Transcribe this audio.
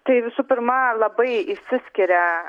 tai visų pirma labai išsiskiria